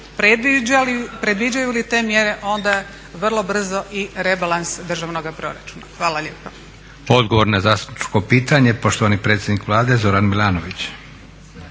predviđaju li te mjere onda vrlo brzo i rebalans državnoga proračuna? Hvala lijepa.